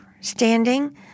standing